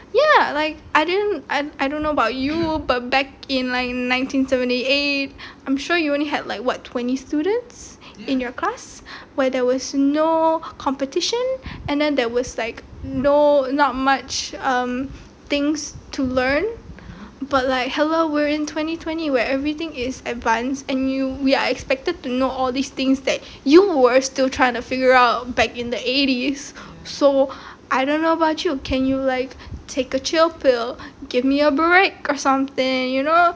ya like I didn't I don't know about you but back in like nineteen seventy eight I'm sure you only had like what twenty students in your class where there was no competition and then there was like no not much um things to learn but like hello we're in twenty twenty where everything is advanced and you are expected to know all this things that you were still trying to figure out back in the eighties so I don't know about you can you like take a chill pill give me a break or something you know